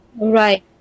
right